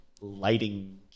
lighting